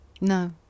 No